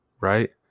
right